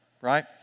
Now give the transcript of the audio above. right